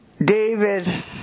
David